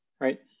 right